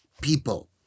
people